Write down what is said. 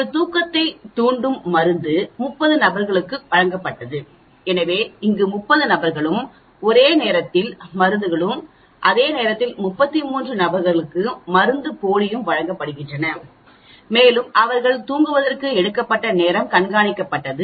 ஒரு தூக்கத்தைத் தூண்டும் மருந்து 30 நபர்களுக்கு வழங்கப்பட்டது எனவே இங்கு 30 நபர்களும் ஒரே நேரத்தில்மருந்துகளும் அதே நேரத்தில் 33 நபர்களுக்கு மருந்துப்போலி வழங்கப்பட்டது மேலும் அவர்கள் தூங்குவதற்கு எடுக்கப்பட்ட நேரம் கண்காணிக்கப்பட்டது